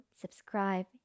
subscribe